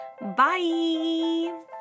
Bye